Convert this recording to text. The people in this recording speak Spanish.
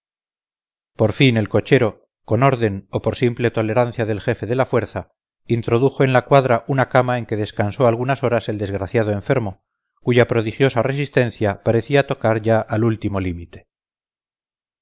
por fin el cochero con orden o por simple tolerancia del jefe de la fuerza introdujo en la cuadra una cama en que descansó algunas horas el desgraciado enfermo cuya prodigiosa resistencia parecía tocar ya al último límite